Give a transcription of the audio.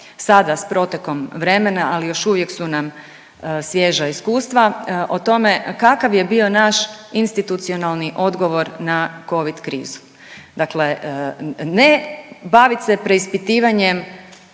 sada s protekom vremena, ali još uvijek su nam svježa iskustva, o tome kakav je bio naš institucionalni odgovor na Covid krizu. Dakle ne bavit se preispitivanjem